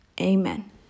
Amen